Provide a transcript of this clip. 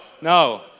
no